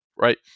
right